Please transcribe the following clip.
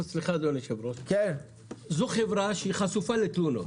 זו חברה שהיא חשופה לתלונות.